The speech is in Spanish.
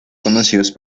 conocidos